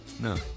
no